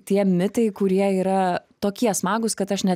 tie mitai kurie yra tokie smagūs kad aš net